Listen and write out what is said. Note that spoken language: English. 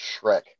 shrek